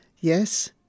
Yes